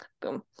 boom